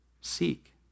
seek